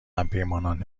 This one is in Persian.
همپیمانان